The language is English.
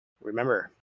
Remember